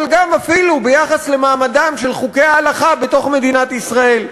אבל גם אפילו ביחס למעמדם של חוקי ההלכה בתוך מדינת ישראל.